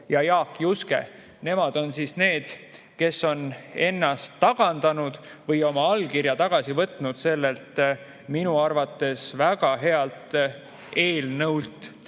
ja Jaak Juske. Nemad on need, kes on ennast tagandanud või oma allkirja tagasi võtnud sellelt minu arvates väga healt eelnõult.